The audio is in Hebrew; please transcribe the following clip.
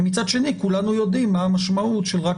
ומצד שני כולנו יודעים מה המשמעות של רק